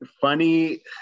funny